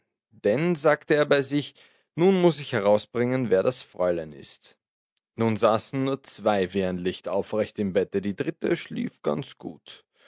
denn sagte er bei sich nun muß ich herausbringen wer das fräulein ist nun saßen nur zwei wie ein licht aufrecht im bette die dritte schlief ganz gut